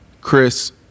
Chris